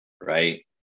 right